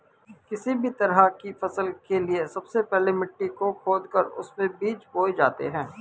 किसी भी तरह की फसल के लिए सबसे पहले मिट्टी को खोदकर उसमें बीज बोए जाते हैं